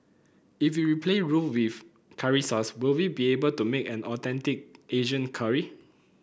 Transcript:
if we replace roux with curry sauce will we be able to make an authentic Asian curry